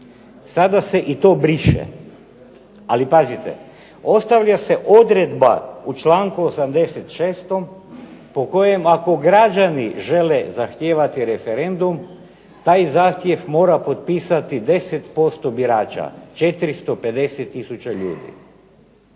Sada se i to briše. Ali pazite, ostavlja se odredba u članku 86. po kojem ako građani žele zahtijevati referendum taj zahtjev mora potpisati 10% birača, 450 tisuća ljudi.